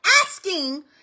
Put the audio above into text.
asking